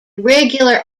regular